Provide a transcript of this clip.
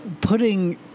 putting